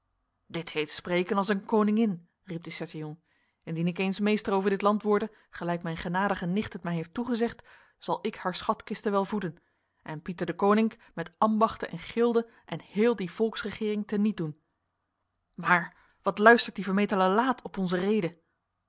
dit heet spreken als een koningin riep de chatillon indien ik eens meester over dit land worde gelijk mijn genadige nicht het mij heeft toegezegd zal ik haar schatkisten wel voeden en pieter deconinck met ambachten en gilden en heel die volksregering tenietdoen maar wat luistert die vermetele laat op onze rede